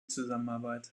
zusammenarbeit